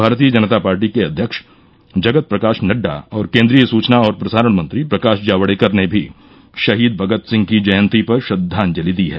भारतीय जनता पार्टी के अध्यक्ष जगत प्रकाश नड्डा और केन्द्रीय सूचना और प्रसारण मंत्री प्रकाश जावडेकर ने भी शहीद भगत सिंह की जयंती पर श्रद्वांजलि दी है